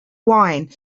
wine